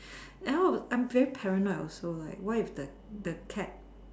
and hor I'm very paranoid also like what if the the cat